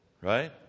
right